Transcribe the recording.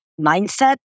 mindset